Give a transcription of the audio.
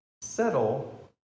settle